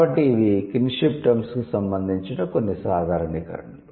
కాబట్టి ఇవి kinship terms కు సంబంధించిన కొన్ని సాధారణీకరణలు